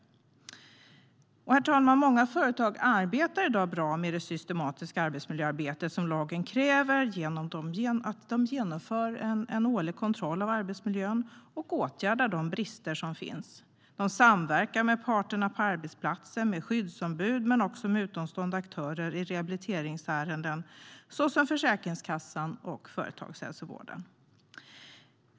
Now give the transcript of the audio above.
Herr talman! Många företag arbetar i dag bra med det systematiska arbetsmiljöarbete som lagen kräver genom att de genomför en årlig kontroll av arbetsmiljön och åtgärdar de brister som finns. De samverkar med parterna på arbetsplatsen, till exempel skyddsombud, men också med utomstående aktörer i rehabiliteringsärenden, såsom Försäkringskassan och företagshälsovården.